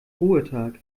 ruhetag